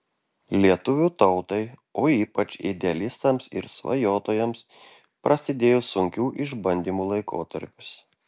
lietuvių tautai o ypač idealistams ir svajotojams prasidėjo sunkių išbandymų laikotarpis